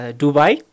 Dubai